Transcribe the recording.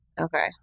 Okay